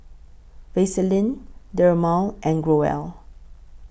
Vaselin Dermale and Growell